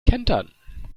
kentern